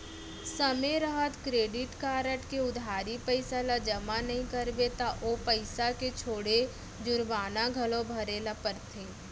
समे रहत credit card के उधारी पइसा ल जमा नइ करबे त ओ पइसा के छोड़े जुरबाना घलौ भरे ल परथे